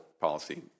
policy